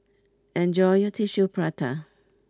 enjoy your Tissue Prata